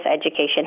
education